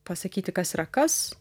pasakyti kas yra kas